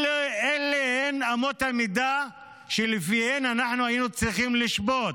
אלה הן אמות המידה שלפיהן היינו צריכים לשפוט.